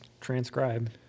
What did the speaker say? transcribe